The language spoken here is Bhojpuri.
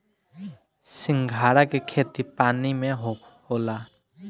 सिंघाड़ा के खेती पानी में होला